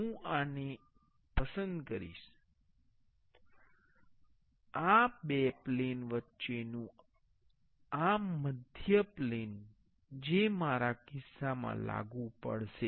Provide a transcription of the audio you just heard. હું આને પસંદ કરીશ આ બે પ્લેન વચ્ચેનું આ મધ્ય પ્લેન જે મારા કિસ્સામાં લાગુ પડશે